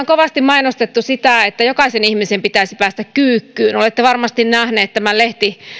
kovasti mainostettu sitä että jokaisen ihmisen pitäisi päästä kyykkyyn olette varmasti nähneet tämän